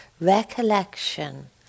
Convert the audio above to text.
Recollection